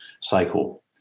cycle